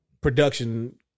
production